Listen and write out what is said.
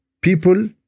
People